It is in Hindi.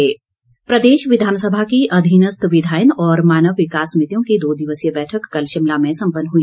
समिति बैठक प्रदेश विधानसभा की अधीनस्थ विधायन और मानव विकास समितियों की दो दिवसीय बैठक कल शिमला में सम्पन्न हुई